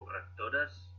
correctores